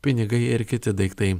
pinigai ir kiti daiktai